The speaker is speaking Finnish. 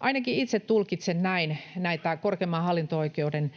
ainakin itse tulkitsen näitä korkeimman hallinto-oikeuden